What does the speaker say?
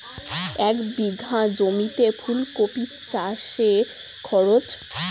এক বিঘে জমিতে ফুলকপি চাষে খরচ?